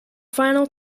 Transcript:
final